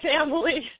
family